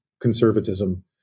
conservatism